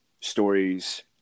stories